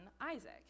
Isaac